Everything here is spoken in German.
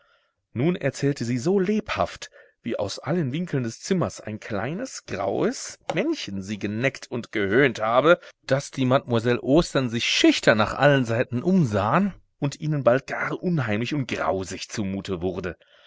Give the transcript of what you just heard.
nun erzählte sie so lebhaft wie aus allen winkeln des zimmers ein kleines graues männchen sie geneckt und gehöhnt habe daß die mad osters sich schüchtern nach allen seiten umsahen und ihnen bald gar unheimlich und grausig zumute wurde